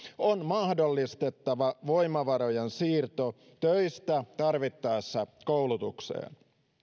on mahdollistettava voimavarojen siirto töistä tarvittaessa koulutukseen